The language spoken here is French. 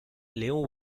léon